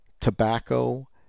tobacco